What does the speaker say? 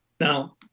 Now